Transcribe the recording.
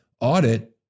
audit